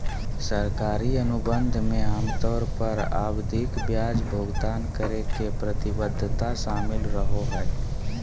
सरकारी अनुबंध मे आमतौर पर आवधिक ब्याज भुगतान करे के प्रतिबद्धता शामिल रहो हय